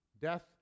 Death